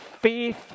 faith